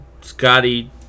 Scotty